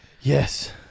Yes